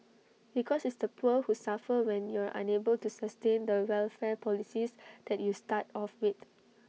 because it's the poor who suffer when you're unable to sustain the welfare policies that you start off with